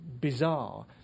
bizarre